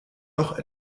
noch